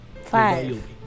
Five